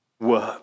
work